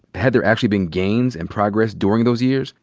had there actually been gains and progress during those years?